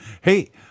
Hey